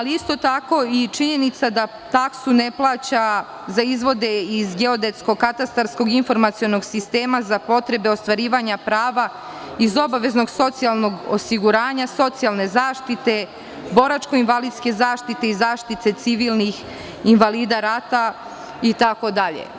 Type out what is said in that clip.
Isto tako je činjenica da se taksa ne plaća za izvode geodetsko-katastarskog informacionog sistema za potrebe ostvarivanja prava iz obaveznog socijalnog osiguranja, socijalne zaštite, boračko-invalidske zaštite i zaštite civilnih invalida rata itd.